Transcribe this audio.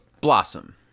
Blossom